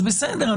אז בסדר,